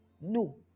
No